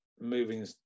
moving